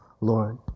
Lord